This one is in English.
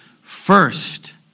first